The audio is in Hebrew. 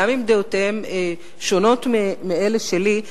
גם אם דעותיהם שונות מאלה שלי,